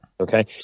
Okay